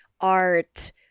art